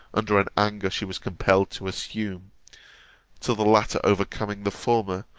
under an anger she was compelled to assume till the latter overcoming the former,